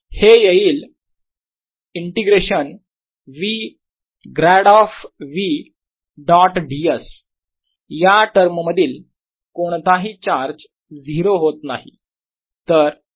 हे येईल integration v grad of v dot ds या टर्म मधील कोणताही चार्ज 0 होत नाही